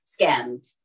scammed